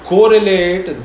Correlate